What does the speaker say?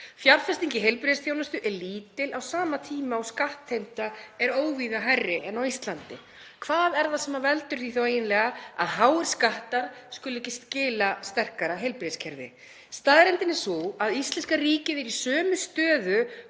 Fjárfesting í heilbrigðisþjónustu er lítil á sama tíma og skattheimta er óvíða hærri en á Íslandi. Hvað er það sem veldur því eiginlega að háir skattar skuli ekki skila sterkara heilbrigðiskerfi? Staðreyndin er sú að íslenska ríkið er í sömu stöðu